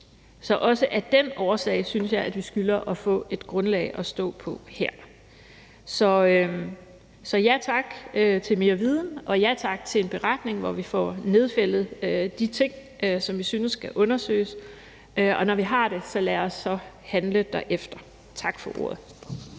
Så også af den årsag synes jeg, at vi skylder at få et grundlag at stå på her. Så ja tak til mere viden og ja tak til en beretning, hvor vi får nedfældet de ting, som vi synes skal undersøges, og når vi har det, så lad os handle derefter. Tak for ordet.